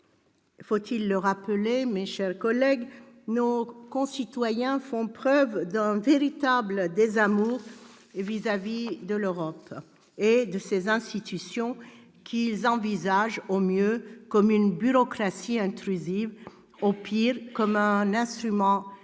Faut-il le rappeler, mes chers collègues, nos concitoyens font preuve d'un véritable désamour à l'égard de l'Europe et de ses institutions, qu'ils envisagent au mieux comme une bureaucratie intrusive, au pire comme un instrument